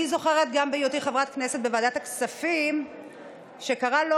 אני זוכרת שגם בהיותי חברת כנסת בוועדת הכספים קרה לא